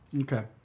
Okay